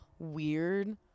weird